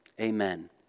amen